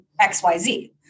XYZ